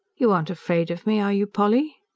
you aren't afraid of me, are you, polly?